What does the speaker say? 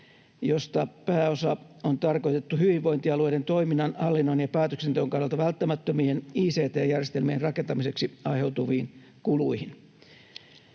josta pääosa on tarkoitettu hyvinvointialueiden toiminnan, hallinnon ja päätöksenteon kannalta välttämättömien ict-järjestelmien rakentamisesta aiheutuviin kuluihin.